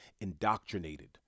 indoctrinated